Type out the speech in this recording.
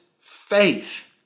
faith